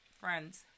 Friends